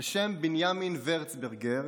בשם בנימין ורצברגר,